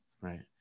right